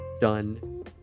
done